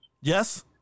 Yes